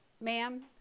Ma'am